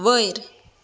वयर